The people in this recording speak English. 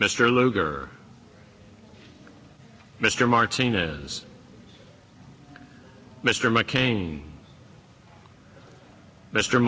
mr lugar mr martinez mr mccain mr